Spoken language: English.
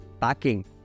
packing